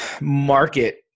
market